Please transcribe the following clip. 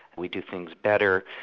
we do things better,